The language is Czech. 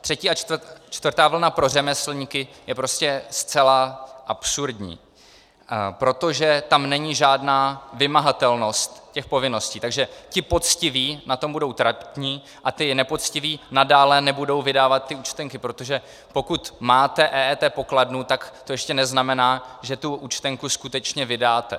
Třetí a čtvrtá vlna pro řemeslníky je prostě zcela absurdní, protože tam není žádná vymahatelnost povinností, takže ti poctiví na tom budou tratit a ti nepoctiví nadále nebudou vydávat účtenky, protože pokud máte pokladnu EET, tak to ještě neznamená, že tu účtenku skutečně vydáte.